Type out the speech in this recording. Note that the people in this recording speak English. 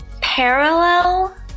Parallel